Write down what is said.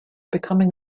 becoming